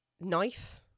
knife